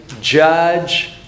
judge